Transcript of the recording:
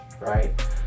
right